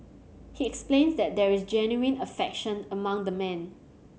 he explains that there is genuine affection among the men